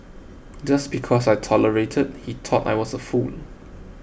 just because I tolerated he thought I was a fool